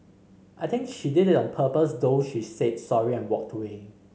I think she did it on purpose though she said sorry and walked away